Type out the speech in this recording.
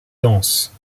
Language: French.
dense